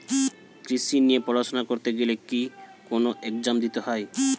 কৃষি নিয়ে পড়াশোনা করতে গেলে কি কোন এগজাম দিতে হয়?